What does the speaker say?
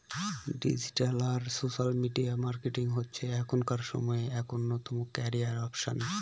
digital আর social media marketing হচ্ছে এখনকার সময়ে এক অন্যতম ক্যারিয়ার অপসন